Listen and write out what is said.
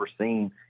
seen